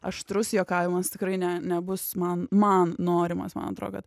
aštrus juokavimas tikrai ne nebus man man norimas man atrodo kad